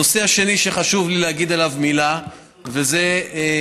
הנושא השני שחשוב לי להגיד עליו מילה זה התייחסות